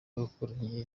wakoranye